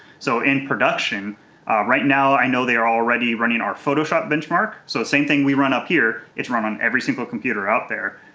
so in production right now, i know they are already running our photoshop benchmark, so the same thing we run up here, it's on every single computer out there.